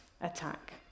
attack